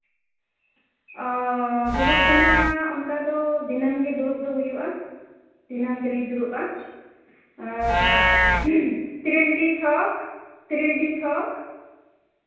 ᱚᱻ ᱫᱩᱲᱩᱵ ᱫᱚ ᱱᱟᱦᱟᱸᱜ ᱚᱱᱠᱟ ᱫᱚ ᱫᱤᱱᱟᱹᱢ ᱜᱮ ᱫᱩᱲᱩᱵ ᱫᱚ ᱦᱩᱭᱩᱜᱼᱟ ᱫᱤᱱᱟᱹᱢ ᱜᱮᱞᱤᱧ ᱫᱩᱲᱩᱵᱼᱟ ᱛᱤᱨᱤᱞᱰᱤ ᱪᱷᱚᱠ ᱛᱤᱨᱤᱞᱰᱤ ᱪᱷᱚᱠ